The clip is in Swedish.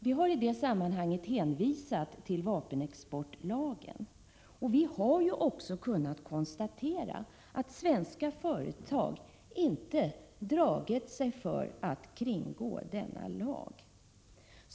Vi har i det sammanhanget hänvisat till vapenexportlagen, eftersom man kunnat konstatera att svenska företag inte dragit sig för att kringgå denna lag.